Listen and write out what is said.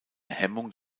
hemmung